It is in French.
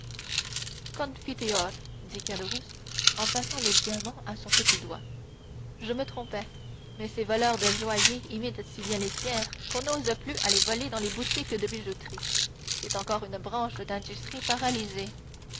dit caderousse en passant le diamant à son petit doigt je me trompais mais ces voleurs de joailliers imitent si bien les pierres qu'on n'ose plus aller voler dans les boutiques de bijouterie c'est encore une branche d'industrie paralysée